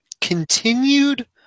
continued